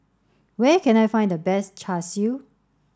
where can I find the best Char Siu